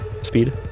speed